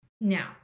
Now